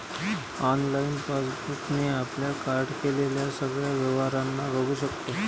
online passbook ने आपल्या card केलेल्या सगळ्या व्यवहारांना बघू शकतो